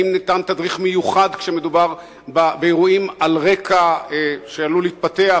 האם ניתן תדריך מיוחד כשמדובר באירועים על רקע שעלול להתפתח,